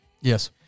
Yes